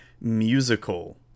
musical